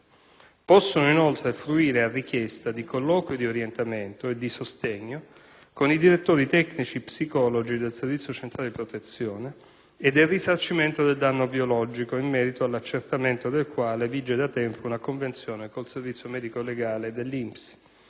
Possono inoltre fruire, a richiesta, di colloqui di orientamento e di sostegno con i direttori tecnici psicologi del Servizio centrale di protezione, e del risarcimento del danno biologico, in merito all'accertamento del quale vige da tempo una convenzione col servizio medico-legale dell'INPS.